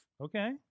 Okay